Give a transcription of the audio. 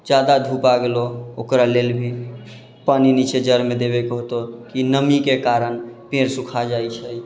ज्यादा धूप आबि गेलऽ ओकरा लेल भी पानी नीचे जड़िमे देबैके होतऽ कि नमीके कारण पेड़ सुखा जाइ छै